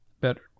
Better